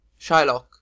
Shylock